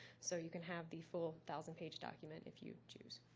so you can have the full thousand-page document if you choose.